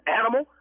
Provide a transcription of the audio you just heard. animal